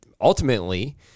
ultimately